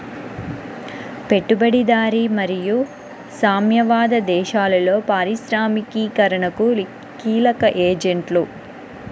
పెట్టుబడిదారీ మరియు సామ్యవాద దేశాలలో పారిశ్రామికీకరణకు కీలక ఏజెంట్లు